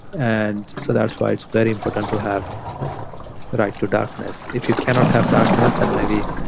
and so that's why it's very important to have the right to darkness. if you cannot have darkness, then maybe